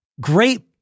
great